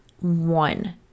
one